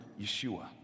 yeshua